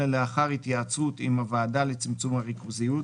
אלא לאחר התייעצות עם הוועדה לצמצום הריכוזיות,